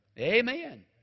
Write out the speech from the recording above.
Amen